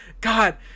God